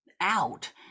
out